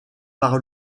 par